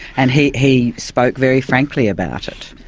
and he he spoke very frankly about it.